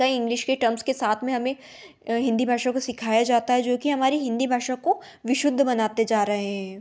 कईं इंग्लिश के टर्म्स के साथ में हमें हिन्दी भाषा को सिखाया जाता है जो कि हमारी हिन्दी भाषा को विशुद्ध बनाते जा रहे हें